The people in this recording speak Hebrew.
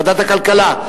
ועדת הכלכלה,